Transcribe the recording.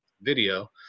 video